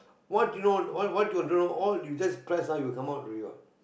what you don't what what you want to know all you just press ah will come out already what